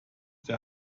der